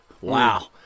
Wow